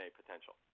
potential